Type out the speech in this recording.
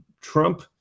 Trump